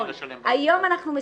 בעולם,